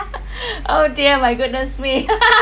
oh dear my goodness me